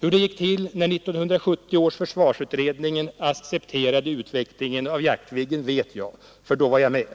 Hur det gick till när 1970 års utredning accepterade utvecklingen av Jaktviggen vet jag, för då var jag med.